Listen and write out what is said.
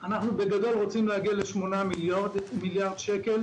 אנחנו רוצים להגיע לשמונה מיליארד שקל.